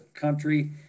country